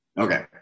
okay